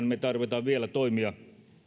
me tarvitsemme vielä toimia